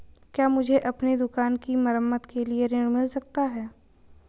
क्या मुझे अपनी दुकान की मरम्मत के लिए ऋण मिल सकता है?